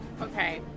Okay